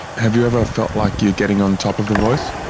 have you ever felt like you're getting on top of the voice?